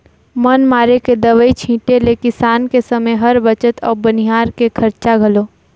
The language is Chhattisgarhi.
बन मारे के दवई छीटें ले किसान के समे हर बचथे अउ बनिहार के खरचा घलो